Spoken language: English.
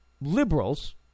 Liberals